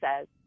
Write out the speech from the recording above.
says